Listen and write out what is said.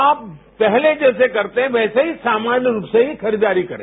आप पहले जैसे करते हैं वैसे ही सामान्य रूप से खरीदारी करें